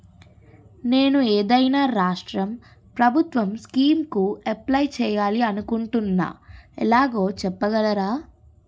నేను ఏదైనా రాష్ట్రం ప్రభుత్వం స్కీం కు అప్లై చేయాలి అనుకుంటున్నా ఎలాగో చెప్పగలరా?